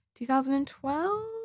2012